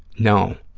no,